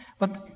but